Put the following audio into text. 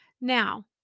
Now